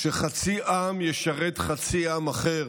שחצי עם ישרת חצי עם אחר,